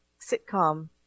sitcom